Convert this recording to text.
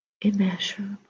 immeasurable